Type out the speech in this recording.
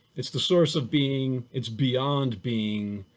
it's the source of being. it's beyond being.